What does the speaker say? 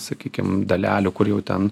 sakykim dalelių kur jau ten